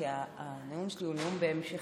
כי הנאום שלי הוא נאום בהמשכים.